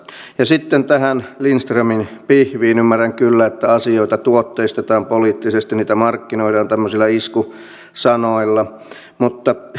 ja sitten tähän lindströmin pihviin ymmärrän kyllä että asioita tuotteistetaan poliittisesti niitä markkinoidaan tämmöisillä iskusanoilla mutta